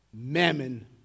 Mammon